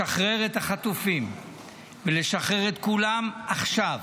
לשחרר את החטופים ולשחרר את כולם עכשיו.